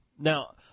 now